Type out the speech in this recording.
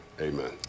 amen